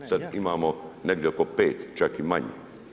Sad imamo negdje oko 5, čak i manje.